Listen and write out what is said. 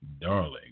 Darling